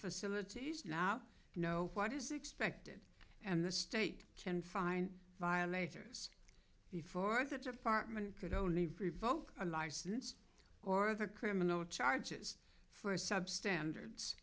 facilities now know what is expected and the state can find violators before the department could only revoke a license or the criminal charges for sub standards